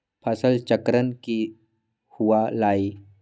फसल चक्रण की हुआ लाई?